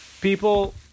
people